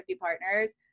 partners